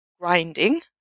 grinding